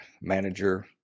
manager